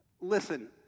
listen